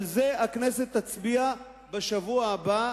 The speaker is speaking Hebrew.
על זה הכנסת תצביע בשבוע הבא.